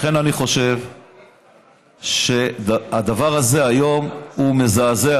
לכן אני חושב שהדבר הזה היום הוא מזעזע.